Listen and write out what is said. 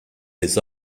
his